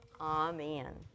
Amen